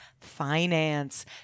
Finance